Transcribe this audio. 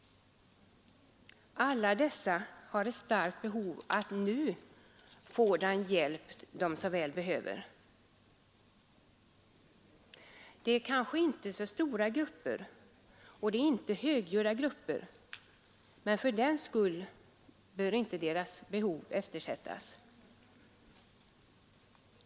Alla dessa har ett starkt behov av hjälp. Det är kanske inte så stora grupper, och det är inte högljudda grupper, men fördenskull bör inte deras behov eftersättas.